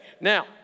Now